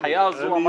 זו המשמעות.